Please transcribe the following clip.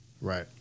Right